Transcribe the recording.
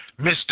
Mr